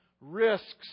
risks